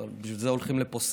אבל בשביל זה הולכים לפוסק.